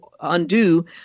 undo